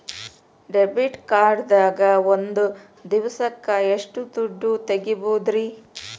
Debit card ದಾಗ ಒಂದ್ ದಿವಸಕ್ಕ ಎಷ್ಟು ದುಡ್ಡ ತೆಗಿಬಹುದ್ರಿ?